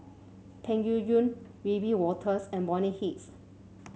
Peng Yuyun Wiebe Wolters and Bonny Hicks